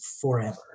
forever